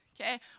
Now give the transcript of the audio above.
okay